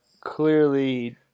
clearly